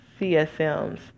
CSMs